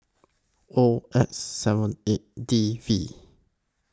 O X seven eight D V